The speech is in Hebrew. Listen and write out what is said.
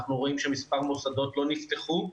ואנחנו רואים שמספר מוסדות לא נפתחו.